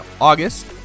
August